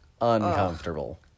uncomfortable